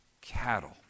cattle